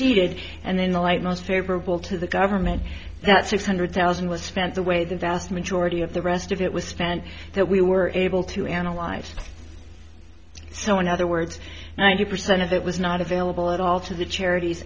conceded and then the light most favorable to the government that six hundred thousand was spent the way the vast majority of the rest of it was spent that we were able to analyze so in other words ninety percent of it was not available at all to the charities